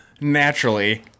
naturally